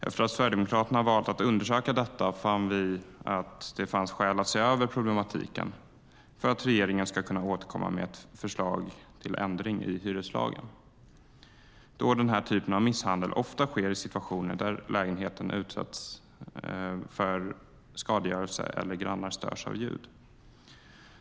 Efter att Sverigedemokraterna valt att undersöka detta fann vi att det fanns skäl att se över problematiken för att regeringen ska kunna återkomma med ett förslag till ändring i hyreslagen då den här typen av misshandel ofta sker i situationer där lägenheten utsätts för skadegörelse eller grannar störs av ljud.